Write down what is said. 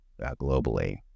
globally